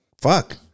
Fuck